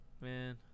Man